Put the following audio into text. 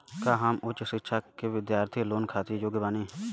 का हम उच्च शिक्षा के बिद्यार्थी लोन खातिर योग्य बानी?